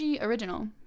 original